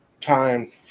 time